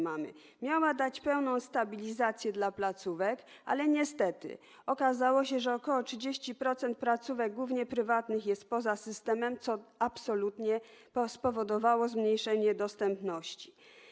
Miała ona dać pełną stabilizację placówkom, ale niestety, okazało się, że ok. 30% placówek, głównie prywatnych, jest poza systemem, co spowodowało zmniejszenie dostępności.